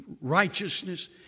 righteousness